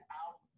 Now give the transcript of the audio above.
out